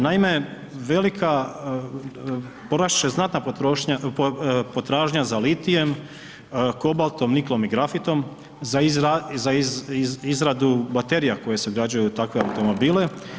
Naime, velika, porasti će znatna potrošnja, potražnja za litijem, kobaltom, niklom i grafitom za izradu baterija koje se ugrađuju u takve automobile.